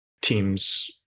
teams